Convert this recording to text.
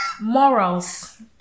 Morals